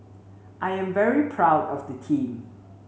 I'm very proud of the team